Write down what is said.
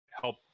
help